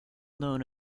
known